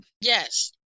Yes